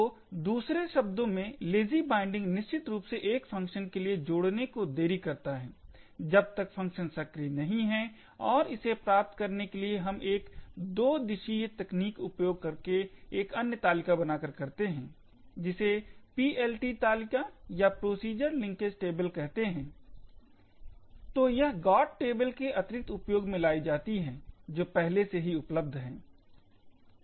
तो दूसरे शब्दों में लेजी बाइंडिंग निश्चित रूप से एक फंक्शन के लिए जोड़ने को देरी करता है जब तक फंक्शन सक्रिय नहीं होता है और इसे प्राप्त करने के लिए हम एक दो दिशीय तकनीक उपयोग करके एक अन्य तालिका बनाकर करते हैं जो PLT तालिका या प्रोसीजर लिंकेज टेबल कहते हैं तो यह GOT टेबल के अतिरिक्त उपयोग में लाई जाती है जो पहले से ही उपलब्ध है